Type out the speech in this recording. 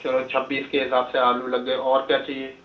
चलो छब्बीस के हिसाब से आलू लग गए और क्या चाहिए